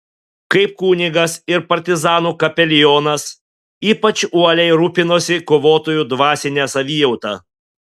kaip kunigas ir partizanų kapelionas ypač uoliai rūpinosi kovotojų dvasine savijauta